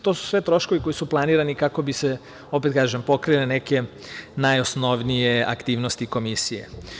To su sve troškovi koji su planirani kaka bi se, opet kažem, pokrile neke najosnovnije aktivnosti Komisije.